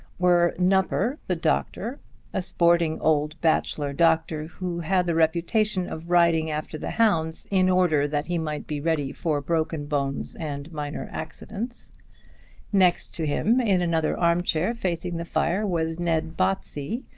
were nupper, the doctor a sporting old bachelor doctor who had the reputation of riding after the hounds in order that he might be ready for broken bones and minor accidents next to him, in another arm-chair, facing the fire, was ned botsey,